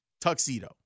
Tuxedo